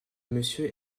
monsieur